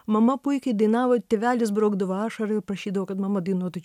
mama puikiai dainavo tėvelis braukdavo ašarą ir prašydavo kad mama dainuotų